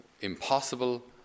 impossible